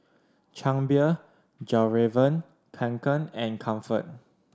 Chang Beer Fjallraven Kanken and Comfort